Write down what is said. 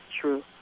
true